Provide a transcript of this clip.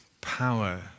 power